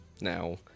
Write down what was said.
Now